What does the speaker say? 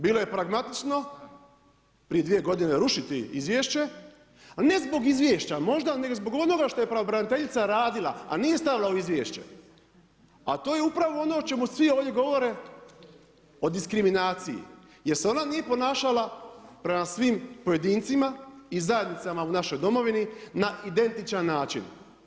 Bilo je pragmatično prije dvije godine rušiti izvješće, a ne zbog izvješća možda nego zbog onoga što je pravobraniteljica radila, a nije stavila u izvješće, a to je upravo ono o čemu svi ovdje govore o diskriminaciji jel se ona nije ponašala prema svim pojedincima i zajednicama u našoj domovini na identičan način.